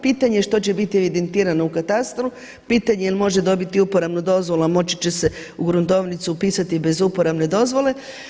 Pitanje što će biti evidentirano u katastru, pitanje jel' može dobiti uporabnu dozvolu, a moći će se u gruntovnicu upisati bez uporabne dozvole.